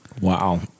Wow